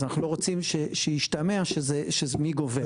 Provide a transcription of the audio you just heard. אז אנחנו לא רוצים שישתמע מי גובר.